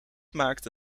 maakte